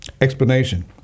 explanation